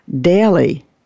daily